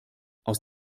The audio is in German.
aus